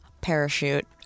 Parachute